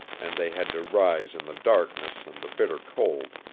and they had to rise in the darkness and the bitter cold,